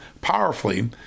powerfully